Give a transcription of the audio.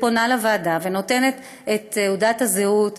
או פונה לוועדה ונותנת את תעודת הזהות,